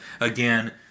again